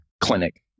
clinic